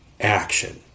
action